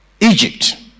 Egypt